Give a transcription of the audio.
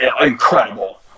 incredible